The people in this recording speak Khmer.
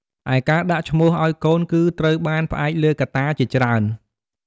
ឯការដាក់ឈ្មោះឲ្យកូនគឺត្រូវបានផ្អែកលើកត្តាជាច្រើន។